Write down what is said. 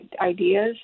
ideas